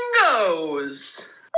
goes